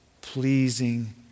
Pleasing